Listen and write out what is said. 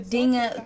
dingen